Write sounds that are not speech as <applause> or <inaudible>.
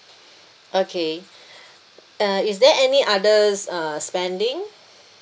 okay <breath> uh is there any others uh spending